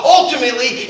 Ultimately